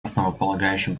основополагающим